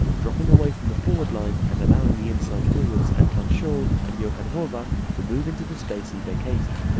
dropping away from the forward line and allowing the inside forwards anton schall and johann horvath to move into the space he vacated.